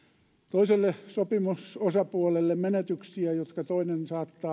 toiselle sopimusosapuolelle menetyksiä jotka toinen